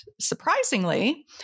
surprisingly